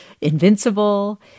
invincible